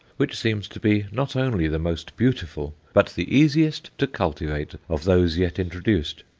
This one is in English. which seems to be not only the most beautiful, but the easiest to cultivate of those yet introduced.